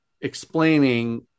explaining